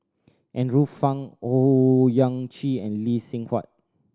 Andrew Phang Owyang Chi and Lee Seng Huat